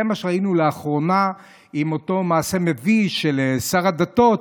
זה מה שראינו לאחרונה עם אותו מעשה מביש של שר הדתות,